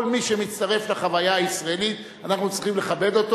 כל מי שמצטרף לחוויה הישראלית אנחנו צריכים לכבד אותו,